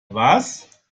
was